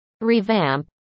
revamp